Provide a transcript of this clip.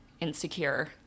insecure